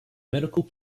medical